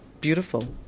beautiful